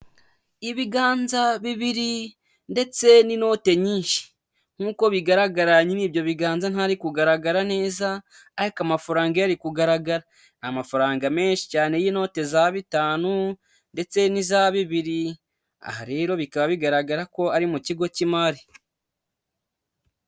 Ibiganza bibiri ndetse n'inote nyinshi nk'uko bigaragara nyiri ibyo biganza ntari kugaragara neza, ariko amafaranga yo ari kugaragara. Ni amafaranga menshi cyane y'inote za bitanu ndetse n'iza bibiri, aha rero bikaba bigaragara ko ari mu kigo cy'imari.